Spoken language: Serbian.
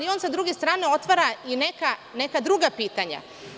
On sa druge strane otvara i neka druga pitanja.